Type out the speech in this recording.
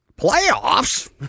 Playoffs